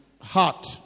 heart